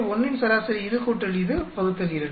A1 இன் சராசரி இது கூட்டல் இது வகுத்தல் 2